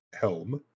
helm